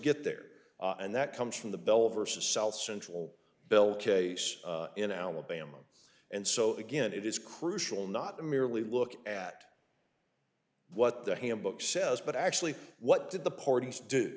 get there and that comes from the bell versus south central bill case in alabama and so again it is crucial not merely look at what the handbook says but actually what did the